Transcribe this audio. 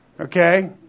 Okay